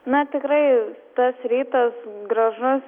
na tikrai tas rytas gražus